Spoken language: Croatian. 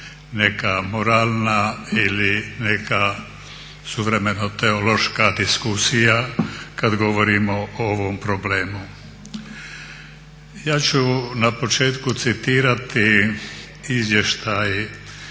neka moralna ili neka suvremena teološka diskusija kad govorimo o ovom problemu. Ja ću na početku citirati izvještaj